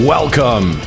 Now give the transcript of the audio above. Welcome